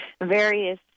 various